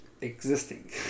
existing